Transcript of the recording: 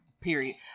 period